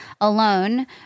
alone